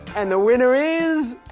and the winner is,